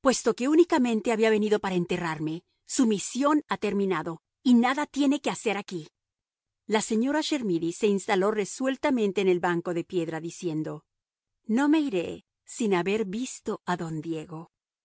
puesto que únicamente había venido para enterrarme su misión ha terminado y nada tiene ya que hacer aquí la señora chermidy se instaló resueltamente en el banco de piedra diciendo no me iré sin haber visto a don diego